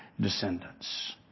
descendants